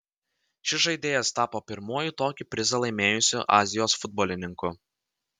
šis žaidėjas tapo pirmuoju tokį prizą laimėjusiu azijos futbolininku